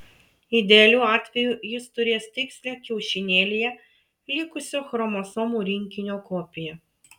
idealiu atveju jis turės tikslią kiaušinėlyje likusio chromosomų rinkinio kopiją